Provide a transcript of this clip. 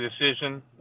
decision